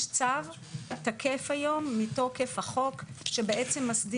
יש צו תקף היום, מתוקף החוק, שמסדיר את זה.